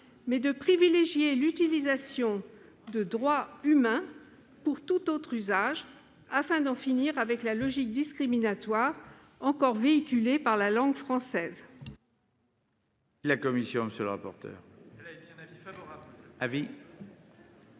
s'agit de privilégier l'expression « droits humains » pour tout autre usage, afin d'en finir avec la logique discriminatoire encore véhiculée par la langue française.